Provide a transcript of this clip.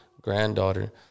granddaughter